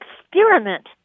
experiment